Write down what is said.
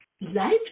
life